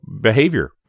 behavior